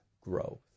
growth